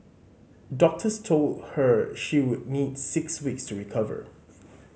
doctors told her she would need six weeks to recover